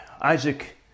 Isaac